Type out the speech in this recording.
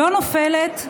לא נופלת,